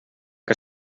que